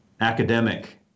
academic